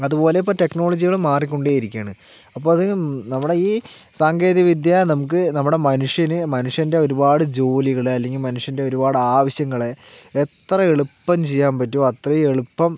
അതുപോലെ ഇപ്പോൾ ടെക്നോളജികളും മാറിക്കൊണ്ടേ ഇരിക്കുകയാണ് അപ്പോൾ അത് നമ്മുടെ ഈ സാങ്കേതികവിദ്യ നമുക്ക് നമ്മുടെ മനുഷ്യന് മനുഷ്യൻ്റെ ഒരുപാട് ജോലികള് അല്ലെങ്കിൽ മനുഷ്യൻ്റെ ഒരുപാട് ആവശ്യങ്ങള് എത്ര എളുപ്പം ചെയ്യാൻ പറ്റുമോ അത്രയും എളുപ്പം